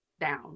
down